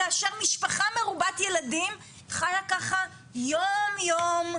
כאשר משפחה מרובת ילדים חיה ככה יום יום,